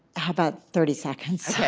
how about thirty seconds,